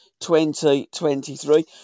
2023